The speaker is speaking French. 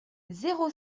zéro